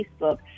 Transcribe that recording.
Facebook